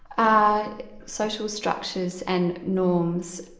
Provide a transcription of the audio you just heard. ah social structures and norm, so